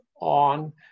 on